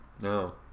No